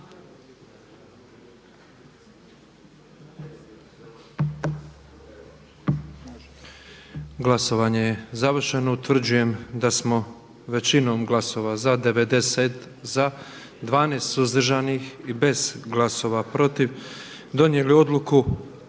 Glasovanje je završeno. Utvrđujem da smo većinom glasova 90 za, 12 suzdržanih i bez glasova protiv donijeli odluku